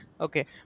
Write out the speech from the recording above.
okay